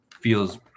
feels